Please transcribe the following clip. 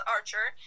Archer